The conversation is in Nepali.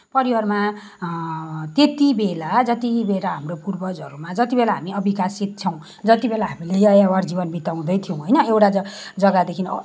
परिवारमा त्यत्तिबेला जत्तिबेला हाम्रो पूर्वजहरूमा जत्तिबेला हामी अविकसित छौँ जत्तिबेला हामीले यायावर जीवन बिताउँदैथ्यौ होइन एउटा जग्गादेखिन